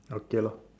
okay lor